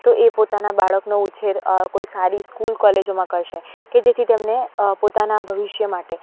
તો એ પોતાના બાળકનો ઉછેર કોઈ સારી સ્કૂલ કોલેજોમાં કરશે કે જેથી તેમને પોતાના ભવિષ્ય માટે